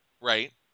Right